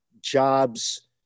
jobs